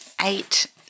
eight